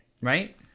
right